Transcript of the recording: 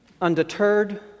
undeterred